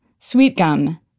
Sweetgum